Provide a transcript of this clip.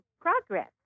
progress